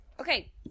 Okay